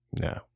No